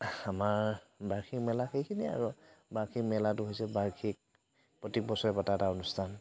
আমাৰ বাৰ্ষিক মেলা সেইখিনিয়ে আৰু বাৰ্ষিক মেলাটো হৈছে বাৰ্ষিক প্ৰতি বছৰে পতা এটা অনুষ্ঠান